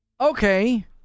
Okay